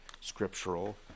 scriptural